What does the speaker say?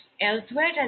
elsewhere